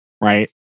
right